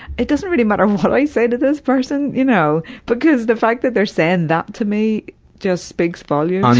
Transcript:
it doesn't really matter what i say to this person, you know, because the fact that they're saying that to me just speaks volumes.